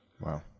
wow